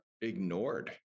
ignored